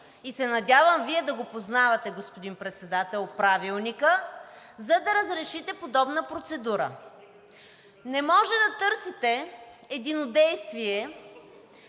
и се надявам Вие да го познавате, господин Председател, Правилника, за да разрешите подобна процедура. Не може да търсите единодействие